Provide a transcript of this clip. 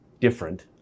different